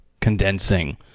condensing